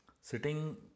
Sitting